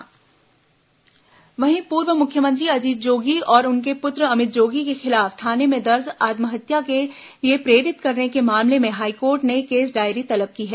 जोगी कर्मचारी आत्महत्या मामला वहीं पूर्व मुख्यमंत्री अजित जोगी और उनके पुत्र अमित जोगी के खिलाफ थाने में दर्ज आत्महत्या के लिए प्रेरित करने के मामले में हाईकोर्ट ने केस डायरी तलब की है